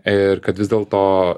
ir kad vis dėlto